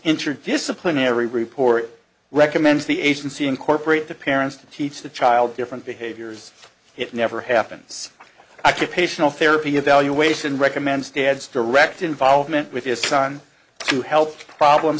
interdisciplinary report recommends the agency incorporate the parents to teach the child different behaviors it never happens i keep a shelf therapy evaluation recommends dad's direct involvement with his son to help problem